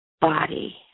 body